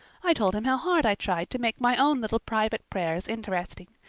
i told him how hard i tried to make my own little private prayers interesting.